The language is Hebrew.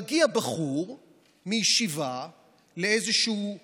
מגיע בחור מישיבה לאיזשהו רב,